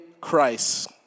Christ